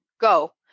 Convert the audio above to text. go